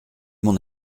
mon